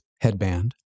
headband